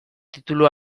titulu